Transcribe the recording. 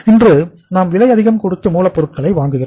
இன்று நாம் விலை அதிகம் கொடுத்து மூலப்பொருட்களை வாங்குகிறோம்